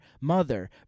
mother